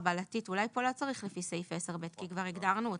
בתר-חבלתית אולי פה לא צריך לפי סעיף 10(ב) כי כבר הגדרנו אותם.